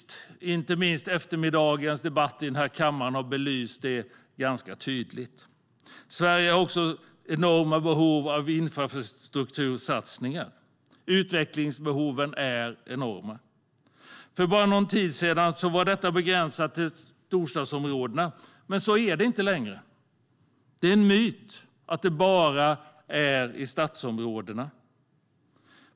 Det har inte minst eftermiddagens debatt i kammaren belyst tydligt. Sverige har också enorma behov av infrastruktursatsningar. Utvecklingsbehoven är enorma. För bara någon tid sedan var detta begränsat till storstadsområdena, men så är det inte längre. Det är en myt att detta bara gäller i städerna.